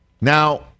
Now